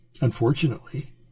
unfortunately